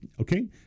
okay